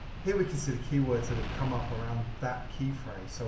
here we can see the keywords that have come up around that key phrase, so